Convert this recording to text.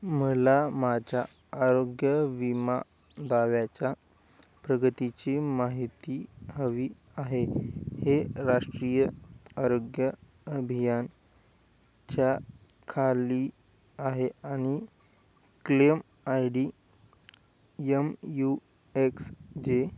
मला माझ्या आरोग्य विमा दाव्याच्या प्रगतीची माहिती हवी आहे हे राष्ट्रीय आरोग्य अभियानच्या खाली आहे आणि claim I D M U X जे